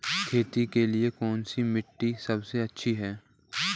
खेती के लिए कौन सी मिट्टी सबसे अच्छी है?